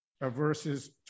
verses